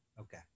Okay